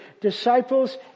disciples